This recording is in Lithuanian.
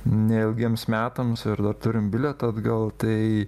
ne ilgiems metams ir dar turim bilietą atgal tai